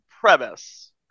premise